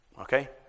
Okay